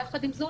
יחד עם זאת,